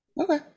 Okay